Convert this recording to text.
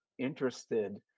interested